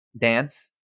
dance